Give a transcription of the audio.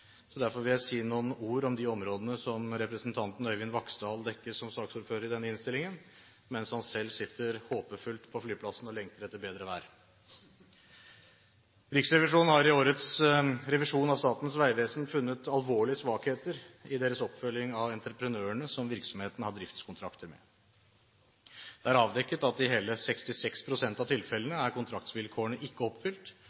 Derfor vil jeg si noen ord om de områdene som representanten Øyvind Vaksdal dekker som saksordfører i denne innstillingen, mens han selv sitter håpefull på flyplassen og lengter etter bedre vær. Riksrevisjonen har i årets revisjon av Statens vegvesen funnet alvorlige svakheter i deres oppfølging av entreprenørene som virksomheten har driftskontrakter med. Det er avdekket at i hele 66 pst. av